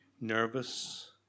nervous